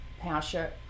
Pasha